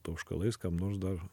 tauškalais kam nors dar